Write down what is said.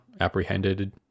Apprehended